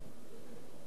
מחבלים,